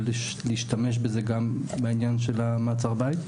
ולהשתמש בזה גם מהעניין של המעצר בית?